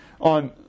on